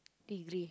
degree